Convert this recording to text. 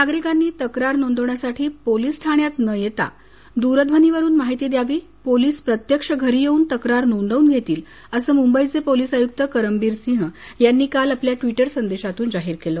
नागरिकांनी तक्रार नोंदवण्यासाठी पोलीस ठाण्यात न येत्या दूरध्वनीवरून माहिती द्यावी पोलीस प्रत्यक्ष घरी येऊन तक्रार नोंदवतील असं मुंबईचे पोलीस आयुक्त करमबीर सिंह यांनी काल आपल्या ट्वीटर संदेशातुन जाहीर केलं